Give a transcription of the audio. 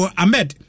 Ahmed